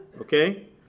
okay